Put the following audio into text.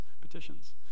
petitions